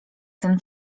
ten